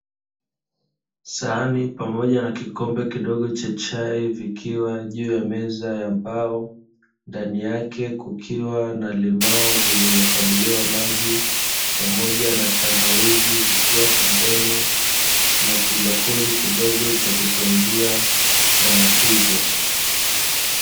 Sahani pamoja na kikombe kdogo cha chai vikiwa juu ya meza ya mbao, ndani yake kukiwa na limao lililokamuliwa maji pamoja na tangawizi zikiwa pembeni, na kibakuli kidogo cha kutwangia dawa hizo.